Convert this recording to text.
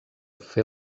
fer